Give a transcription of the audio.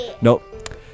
Nope